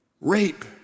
Rape